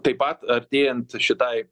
taip pat artėjant šitai